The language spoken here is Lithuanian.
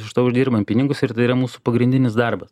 iš to uždirbam pinigus ir tai yra mūsų pagrindinis darbas